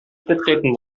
betreten